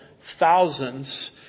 thousands